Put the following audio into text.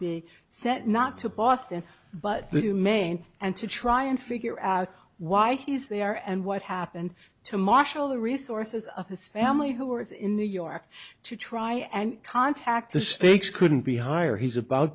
be sent not to boston but the maine and to try and figure out why he is they are and what happened to marshal the resources of his family who were is in new york to try and contact the stakes couldn't be higher he's about